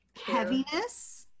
heaviness